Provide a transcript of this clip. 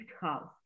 house